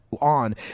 on